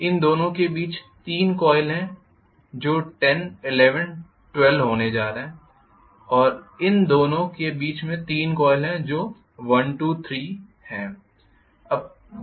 इन दोनों के बीच 3 कॉइल हैं जो 10 11 और 12 होने जा रहे हैं और इन दोनों के बीच में 3 कॉइल होने जा रहे हैं जो 1 2 और 3 हैं